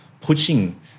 pushing